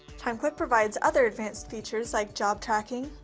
timeclick provides other advanced features like job tracking,